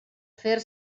fer